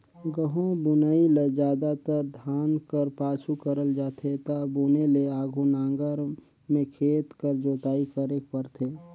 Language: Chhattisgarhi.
गहूँ बुनई ल जादातर धान कर पाछू करल जाथे ता बुने ले आघु नांगर में खेत कर जोताई करेक परथे